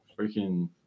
Freaking